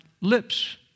lips